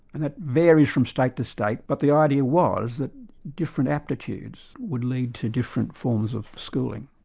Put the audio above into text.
and that varies from state to state, but the idea was that different aptitudes would lead to different forms of schooling.